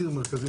ציר מרכזי,